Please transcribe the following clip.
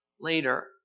later